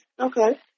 Okay